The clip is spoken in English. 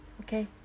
Okay